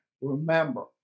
remember